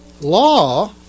law